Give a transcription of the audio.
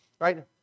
right